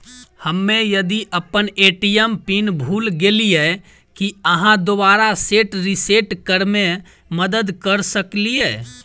हम्मे यदि अप्पन ए.टी.एम पिन भूल गेलियै, की अहाँ दोबारा सेट रिसेट करैमे मदद करऽ सकलिये?